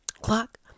clock